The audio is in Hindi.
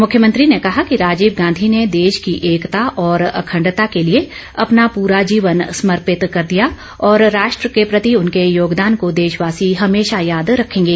मुख्यमंत्री ने कहा कि राजीव गांधी ने देश की एकता और अखण्डता के लिए अपना पूरा जीवन समर्पित कर दिया और राष्ट्र के प्रति उनके योगदान को देशवासी हमेशा याद रखेंगे